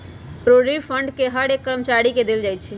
provident fund के हर एक कर्मचारी के देल जा हई